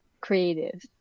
creative